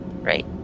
right